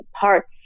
parts